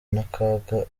n’akaga